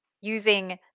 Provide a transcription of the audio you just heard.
using